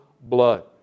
blood